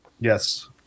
Yes